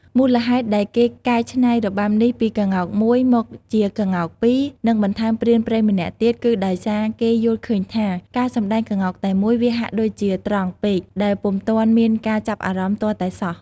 មូលហេតុដែលគេកែច្នៃរបាំនេះពីក្ងោកមួយ មកជាក្ងោកពីរ និងបន្ថែមព្រានព្រៃម្នាក់ទៀត គឺដោយសារគេយល់ឃើញថា ការសម្តែងក្ងោកតែមួយ វាហាក់ដូចជាត្រង់ពេក ដែលពុំទាន់មានការចាប់អារម្មណ៍ទាល់តែសោះ។